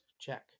check